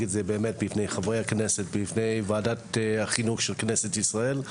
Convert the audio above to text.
את זה בפני חברי הכנסת ובפני וועדת החינוך של כנסת ישראל,